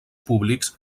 públics